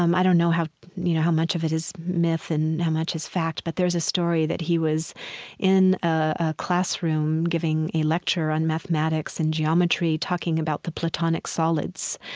um i don't know how you know how much of it is myth and how much is fact, but there's a story that he was in a classroom giving a lecture on mathematics and geometry talking about the platonic solids,